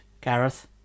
Gareth